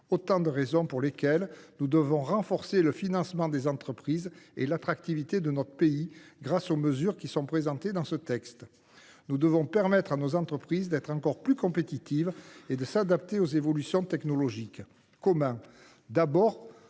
Voilà les raisons pour lesquelles nous devons renforcer le financement des entreprises et l’attractivité de notre pays, grâce aux mesures qui sont présentées dans ce texte. Nous devons permettre à nos entreprises d’être encore plus compétitives et de s’adapter aux évolutions technologiques. Comment